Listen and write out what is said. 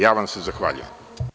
Ja vam se zahvaljujem.